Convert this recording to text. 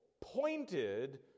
pointed